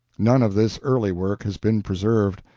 none of this early work has been preserved.